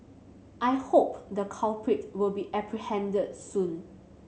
I hope the culprit will be apprehended soon